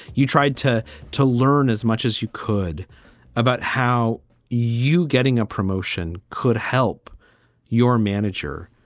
you tried to to learn as much as you could about how you getting a promotion could help your manager,